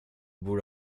borde